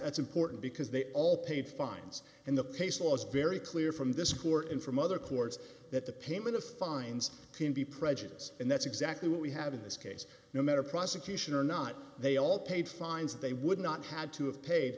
that's important because they all paid fines and the case law is very clear from this court in from other courts that the payment of fines can be prejudice and that's exactly what we have in this case no matter prosecution or not they all paid fines they would not had to